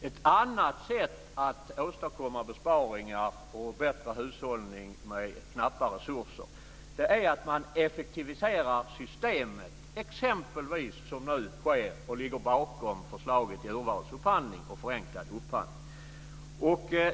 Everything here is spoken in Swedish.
Ett annat sätt att åstadkomma besparingar och bättre hushållning med knappa resurser är effektivisering av systemet, exempelvis så som nu sker i och med förslaget om urvalsupphandling och förenklad upphandling.